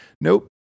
Nope